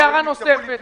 עובדים